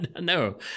no